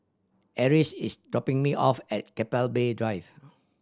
Eris is dropping me off at Keppel Bay Drive